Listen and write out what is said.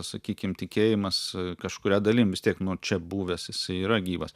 sakykim tikėjimas kažkuria dalim vis tiek nu čia buvęs jisai yra gyvas